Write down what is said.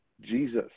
Jesus